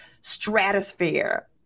stratosphere